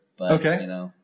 Okay